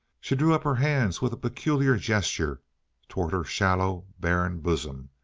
she drew up her hands with a peculiar gesture toward her shallow, barren bosom,